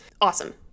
awesome